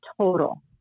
total